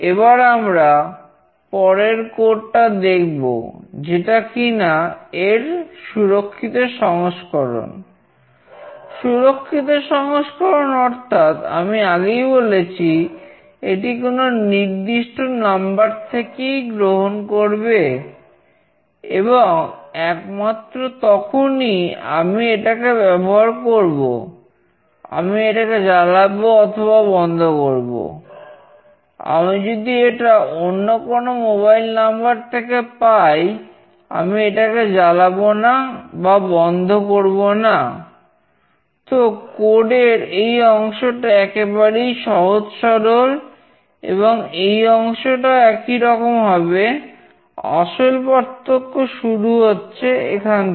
এবার আমরা পরের কোড এর এই অংশটা একেবারেই সহজ সরল এবং এই অংশটাও একই রকম হবে আসল পার্থক্য শুরু হচ্ছে এখান থেকে